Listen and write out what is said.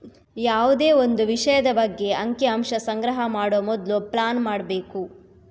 ಯಾವುದೇ ಒಂದು ವಿಷಯದ ಬಗ್ಗೆ ಅಂಕಿ ಅಂಶ ಸಂಗ್ರಹ ಮಾಡುವ ಮೊದ್ಲು ಪ್ಲಾನ್ ಮಾಡ್ಬೇಕು